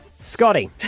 Scotty